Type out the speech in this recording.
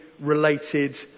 related